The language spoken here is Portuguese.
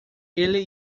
ele